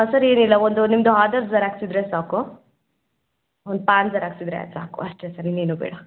sir ಏನಿಲ್ಲ ಒಂದು ನಿಮ್ಮದು ಆಧಾರ್ ಜೆರಾಕ್ಸ್ ಇದ್ದರೆ ಸಾಕು ಒಂದು ಪ್ಯಾನ್ ಜೆರಾಕ್ಸ್ ಇದ್ದರೆ ಸಾಕು ಅಷ್ಟೇ ಸರ್ ಇನ್ನೇನೂ ಬೇಡ